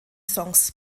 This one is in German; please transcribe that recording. songs